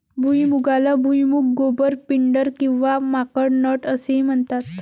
भुईमुगाला भुईमूग, गोबर, पिंडर किंवा माकड नट असेही म्हणतात